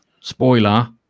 Spoiler